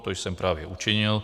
To jsem právě učinil.